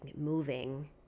moving